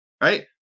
Right